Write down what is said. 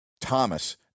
Thomas